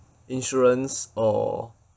insurance or